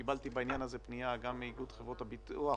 קיבלתי בעניין הזה פנייה גם מאיגוד חברות הביטוח